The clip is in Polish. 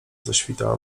zaświtała